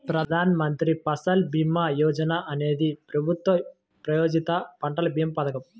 ప్రధాన్ మంత్రి ఫసల్ భీమా యోజన అనేది ప్రభుత్వ ప్రాయోజిత పంటల భీమా పథకం